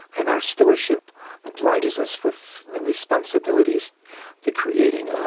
and our stewardship obliges us with the responsibilities to creating